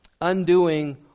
Undoing